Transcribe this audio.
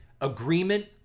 Agreement